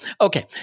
Okay